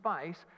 space